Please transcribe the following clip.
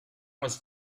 was